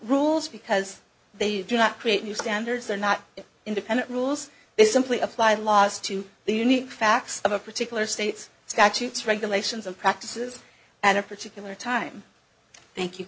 rules because they do not create new standards they're not independent rules they simply apply laws to the unique facts of a particular state's statutes regulations and practices at a particular time thank you